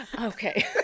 Okay